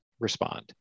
respond